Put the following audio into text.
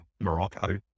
Morocco